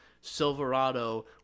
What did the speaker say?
Silverado